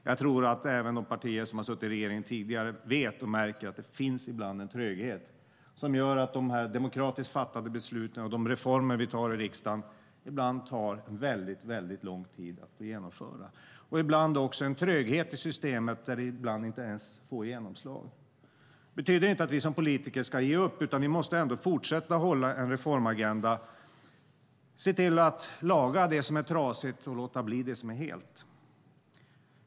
Jag tror dock att även de partier som har suttit i regeringen tidigare vet och märker att det ibland finns en tröghet som gör att de demokratiska beslut vi fattar och de reformer vi antar i riksdagen ibland tar väldigt lång tid att genomföra. Ibland är det också en tröghet i systemet, där det ibland inte ens får genomslag. Det betyder inte att vi som politiker ska ge upp, utan vi måste fortsätta att ha en reformagenda: se till att laga det som är trasigt och låta bli det som är helt.